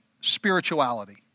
spirituality